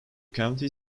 county